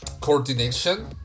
coordination